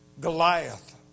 Goliath